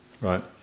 Right